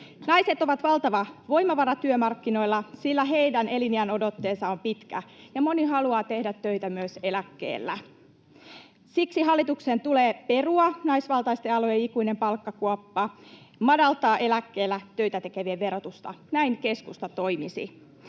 Naiset ovat valtava voimavara työmarkkinoilla, sillä heidän eliniänodotteensa on pitkä ja moni haluaa tehdä töitä myös eläkkeellä. Siksi hallituksen tulee perua naisvaltaisten alojen ikuinen palkkakuoppa ja madaltaa eläkkeellä töitä tekevien verotusta. Näin keskusta toimisi.